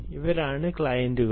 ഇവരാണ് ക്ലയന്റുകൾ